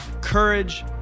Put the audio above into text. courage